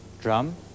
drum